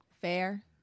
Fair